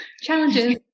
Challenges